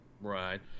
right